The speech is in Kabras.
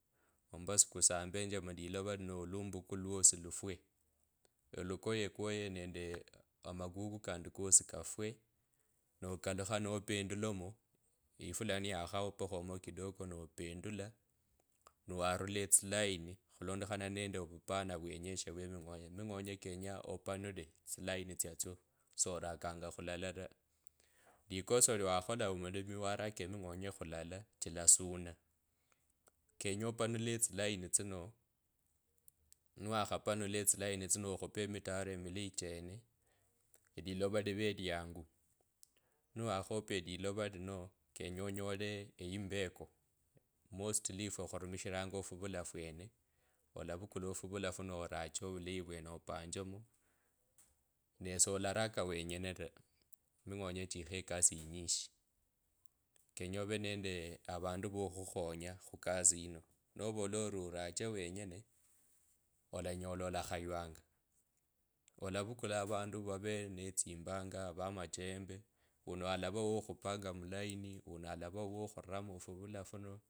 Ombasu kusambenje mulilova vino olumbuku lwosi lufwe olokoyrkoye nende magugu kandi kosi kafwee nokalukha nopendulamo, yifula niyakhopokhomo kidogo nopendula nuwarula etsilayini khulondakhana nende ovupana vywenyeshe vye eming’onye. Eming’onye chenyaa opanule tsilayini tsyatsyo sorakanga khulala chilasuna kenya opanule tsilayini tsino. Niwakhapanula etsilayini tsino okhupe emitaro emileyi chene elilova live eyimbeko mostly efwe khurumishiranga ofuvula fwene olavukula ofuvula funo orache vulayi vyene opanjemo nee solaraka wenyene ta ming’onye chikho ekasi yinyishi kenye ove nende avandu vakhukhonya khukosia yino novola ori arache wenyene olanyola olakhaywanga olavukula avandu vave netsimbanga amajembe. Wuno alavaa wokhupanga mulayini uno alavaa wokhurama ofuvula funo.